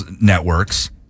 networks